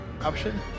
option